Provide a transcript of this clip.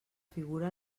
figura